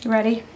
Ready